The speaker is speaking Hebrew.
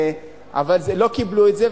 אבל לא קיבלו את זה,